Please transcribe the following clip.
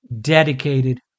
dedicated